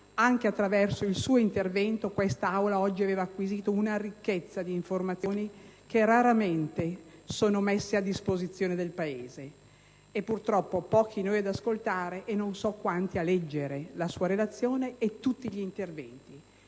anche attraverso il suo intervento, l'Aula aveva acquisito una ricchezza di informazioni che raramente sono messe a disposizione del Paese. Purtroppo, siamo pochi noi ad ascoltare e non so quanti a leggere la sua relazione e tutti gli interventi;